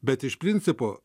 bet iš principo